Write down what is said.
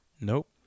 nope